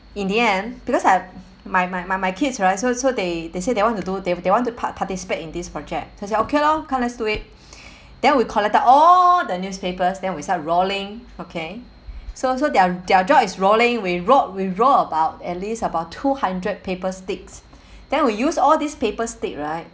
in the end because I have my my my my kids right so so they they say they want to do they they want to pa~ participate in this project so I said okay loh come let's do it then we collected all the newspapers then we start rolling okay so so their their job is rolling we roll we roll about at least about two hundred paper sticks then we use all these paper stick right